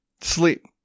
sleep